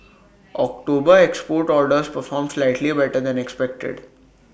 October export orders performed slightly better than expected